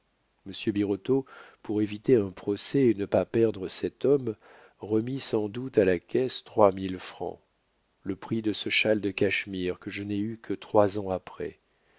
birotteau pour éviter un procès et ne pas perdre cet homme remit sans doute à la caisse trois mille francs le prix de ce châle de cachemire que je n'ai eu que trois ans après